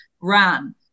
ran